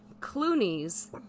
Clooney's